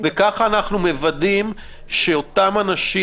ככה אנחנו מוודאים שאותם אנשים,